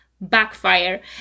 backfire